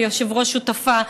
כיושבת-ראש שותפה,